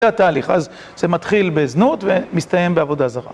זה התהליך, אז זה מתחיל בזנות ומסתיים בעבודה זרה.